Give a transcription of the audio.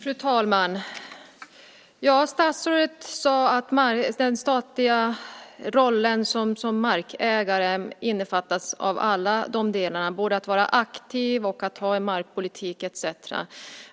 Fru talman! Statsrådet sade att den statliga rollen som markägare innefattar alla de delarna, att vara aktiv, att ha en markpolitik etcetera.